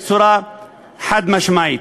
בצורה חד-משמעית.